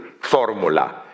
formula